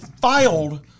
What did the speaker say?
filed